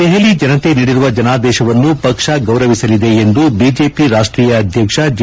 ದೆಹಲಿ ಜನತೆ ನೀಡಿರುವ ಜನಾದೇಶವನ್ನು ಪಕ್ಷ ಗೌರವಿಸಲಿದೆ ಎಂದು ಬಿಜೆಪಿ ರಾಷ್ಷೀಯ ಅಧ್ಯಕ್ಷ ಜೆ